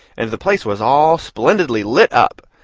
and the place was all splendidly lit up!